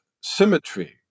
symmetry